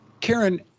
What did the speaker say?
Karen